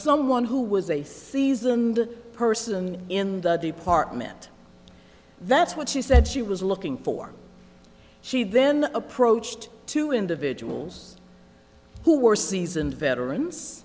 someone who was a seasoned person in the department that's what she said she was looking for she then approached two individuals who were seasoned veterans